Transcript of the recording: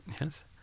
Yes